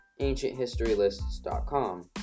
AncientHistoryLists.com